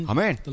Amen